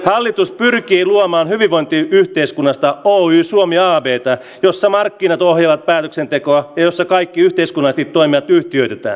hallitus pyrkii luomaan hyvinvointiyhteiskunnasta oli lomiaan viettää jossa markkinat ohjaa päätöksentekoa jossa kaikki yhteiskunnan paine yhtiötä